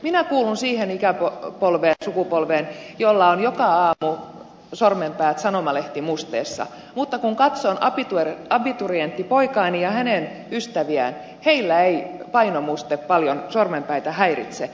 minä kuulun siihen sukupolveen jolla on joka aamu sormenpäät sanomalehtimusteessa mutta kun katson abiturienttipoikaani ja hänen ystäviään heillä ei painomuste paljon sormenpäitä häiritse